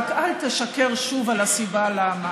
רק אל תשקר שוב על הסיבה למה.